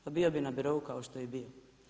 Pa bio bi na birou kao što je i bio.